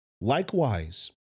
likewise